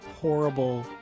horrible